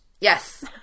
Yes